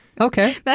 Okay